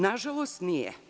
Na žalost, nije.